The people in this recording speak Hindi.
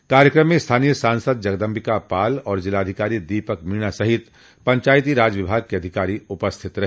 इस कार्यक्रम में स्थानीय सांसद जगदम्बिका पाल और जिलाधिकारी दीपक मीणा सहित पंचायतो राज विभाग के अधिकारी उपस्थित रहे